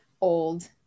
old